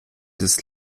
des